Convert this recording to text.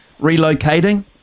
relocating